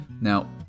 Now